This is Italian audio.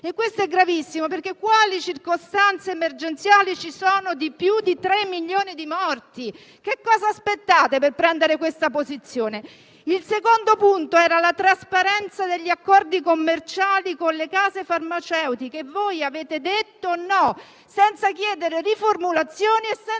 Questo è gravissimo. Quali circostanze emergenziali ci sono più gravi di 3 milioni di morti? Cosa aspettate per prendere questa posizione? Il secondo punto riguardava la trasparenza degli accordi commerciali con le case farmaceutiche. Voi avete detto "no" senza chiedere riformulazioni e senza venire a